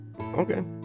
Okay